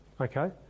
okay